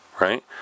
right